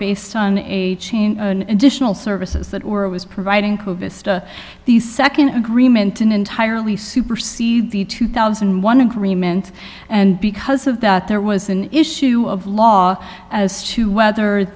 based on a chain additional services that were was providing the nd agreement an entirely supersede the two thousand and one agreement and because of that there was an issue of law as to whether